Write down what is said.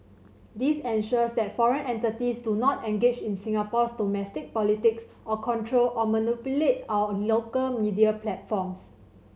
this ensures that foreign entities do not engage in Singapore's domestic politics or control or manipulate our local media platforms